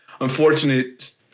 unfortunate